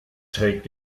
trägt